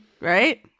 right